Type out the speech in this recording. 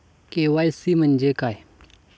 KYC म्हणजे काय आहे?